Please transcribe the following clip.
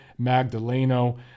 Magdaleno